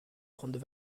prendre